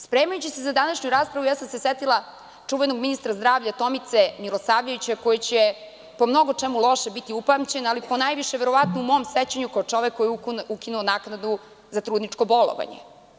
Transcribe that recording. Spremajući se za današnju raspravu, setila sam se čuvenog ministra zdravlja Tomice Milosavljevića, koji će po mnogo čemu lošem biti upamćen, ali ponajviše u mom sećanju kao čovek koji je ukinuo naknadu za trudničko bolovanje.